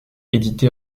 édité